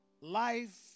life